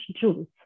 Jews